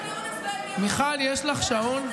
מיכל, יש לך שעון?